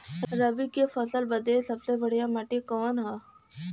रबी क फसल बदे सबसे बढ़िया माटी का ह?